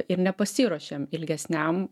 ir nepasiruošėm ilgesniam